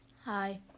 Hi